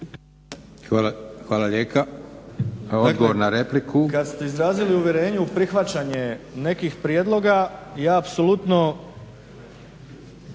Hvala lijepa. Odgovor na repliku. **Bauk, Arsen (SDP)** Kad ste izrazili uvjerenje u prihvaćanje nekih prijedloga ja apsolutno